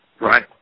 Right